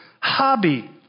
hobby